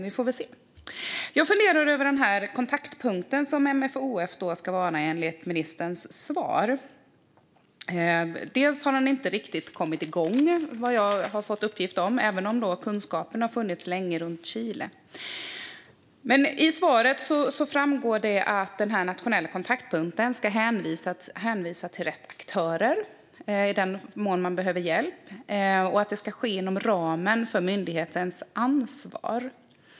Vi får väl se. Jag funderar över den kontaktpunkt som MFoF ska vara, enligt ministerns svar. De har enligt vad jag har fått uppgift om inte riktigt kommit igång än, även om kunskapen om Chile funnits länge. Av svaret framgår det att den nationella kontaktpunkten ska hänvisa till rätt aktörer i den mån man behöver hjälp, och att det ska ske inom ramen för myndighetens ansvar.